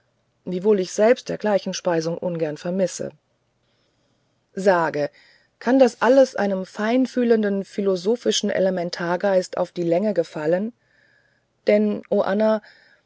wiewohl ich selbst dergleichen speisung ungern vermisse sage kann das alles einem feinfühlenden philosophischen elementargeist auf die länge gefallen denn